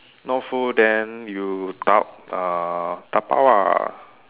not full then you da~ uh dabao ah